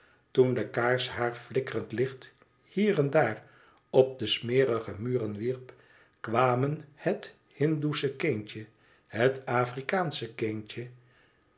toen de kaars haar flikkerend licht hier en daar op de smerige muren wierp kwamen het hindoesche kindje het afrikaansche kindje